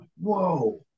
whoa